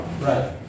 Right